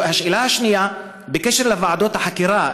השאלה השנייה היא בקשר לוועדות החקירה,